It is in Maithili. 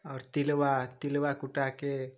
आओर तिलबा तिलबा कुटाके